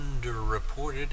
underreported